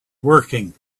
working